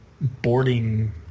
boarding